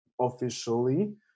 officially